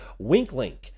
WinkLink